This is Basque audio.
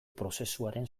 prozesuaren